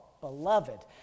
beloved